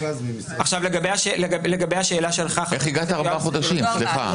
איך הגעת לארבעה חודשים, סליחה?